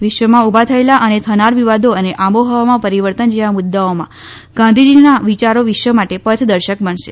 વિશ્વમાં ઉભા થયેલા અને થનાર વિવાદો અને આબોહવામાં પરિવર્તન જેવા મુદ્દાઓમાં ગાંધીજીના વિચારો વિશ્વ માટે પથદર્શક બનશે